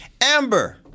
Amber